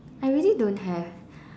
I really don't have